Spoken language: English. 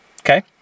Okay